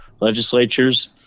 legislatures